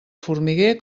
formiguer